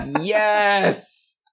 Yes